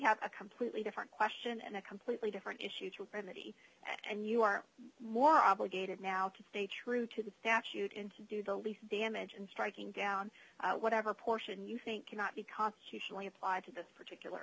have a completely different question and a completely different issue pretty and you are more obligated now to stay true to the statute and do the least damage and striking down whatever portion you think cannot be constitutionally applied to this particular